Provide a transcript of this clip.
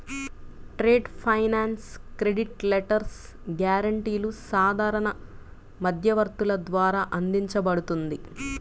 trade finance credit letters, గ్యారెంటీలు సాధారణ మధ్యవర్తుల ద్వారా అందించబడుతుంది